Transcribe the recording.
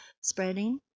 spreading